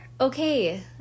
okay